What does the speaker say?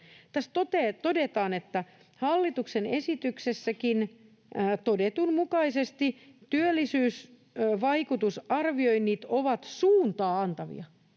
Tässä todetaan, että hallituksen esityksessäkin todetun mukaisesti työllisyysvaikutusarvioinnit ovat suuntaa antavia